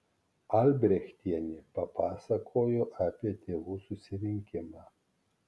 albrechtienė papasakojo apie tėvų susirinkimą